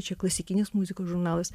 čia klasikinės muzikos žurnalas